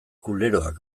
kuleroak